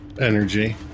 energy